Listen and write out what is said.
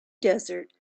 desert